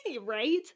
Right